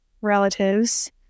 relatives